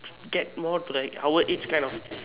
get more like our age kind of